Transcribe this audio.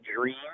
dream